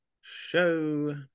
show